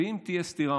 ואם תהיה סתירה,